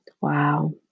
wow